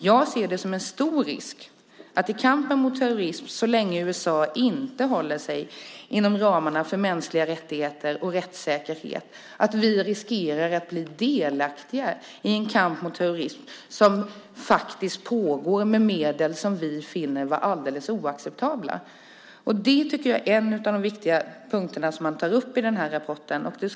Jag ser det som en stor risk att vi, så länge USA inte håller sig inom ramarna för mänskliga rättigheter och rättssäkerhet, blir delaktiga i en kamp mot terrorism som pågår med medel som vi finner vara alldeles oacceptabla. Det är en av de viktiga punkter som man tar upp i rapporten.